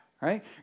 right